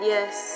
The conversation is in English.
Yes